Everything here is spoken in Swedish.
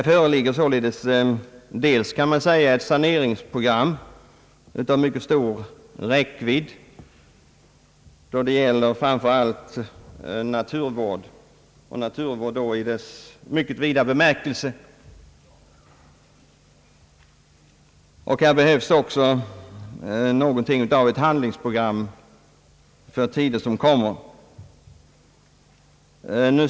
Här föreligger således ett saneringsprogram av mycket stor räckvidd då det gäller framför allt naturvård — och naturvård i dess mycket vida bemärkelse. Här behövs någonting av ett handlingsprogram för tider som kommer.